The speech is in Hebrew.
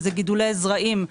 אלה גידולי זרעים,